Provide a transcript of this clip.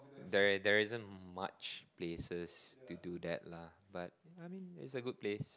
there there isn't much places to do that lah but I mean is a good place